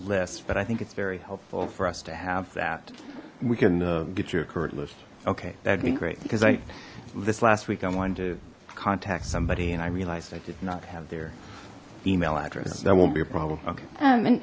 list but i think it's very helpful for us to have that we can get you a current list okay that'd be great because i this last week i wanted to contact somebody and i realized i did not have their email address that won't be a problem okay